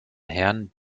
herrn